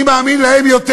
אני מאמין להם יותר.